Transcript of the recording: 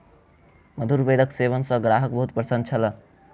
मधुर बेरक सेवन सॅ ग्राहक बहुत प्रसन्न छल